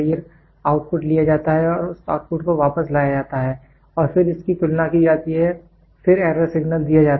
फिर आउटपुट लिया जाता है और इस आउटपुट को वापस लाया जाता है और फिर इसकी तुलना की जाती है फिर एरर सिग्नल दिया जाता है